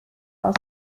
aus